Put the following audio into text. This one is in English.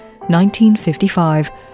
1955